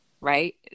right